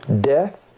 death